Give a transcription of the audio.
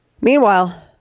Meanwhile